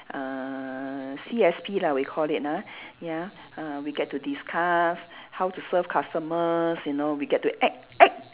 uh C_S_P lah we called it ah ya uh we get to discuss how to serve customers you know we get to act act